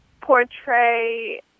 portray